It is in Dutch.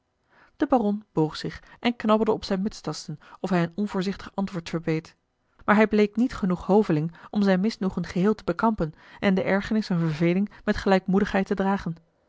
de baron boog zich en knabbelde op zijn mutstatsen of hij een onvoorzichtig antwoord verbeet maar hij bleek niet genoeg hoveling om zijn misnoegen geheel te bekampen en de ergernis en verveling met gelijkmoedigheid te dragen